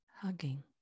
hugging